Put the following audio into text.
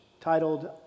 titled